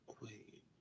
Wait